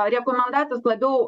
rekomendacijas labiau